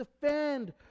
defend